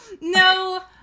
no